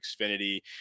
Xfinity